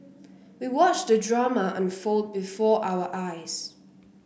we watched the drama unfold before our eyes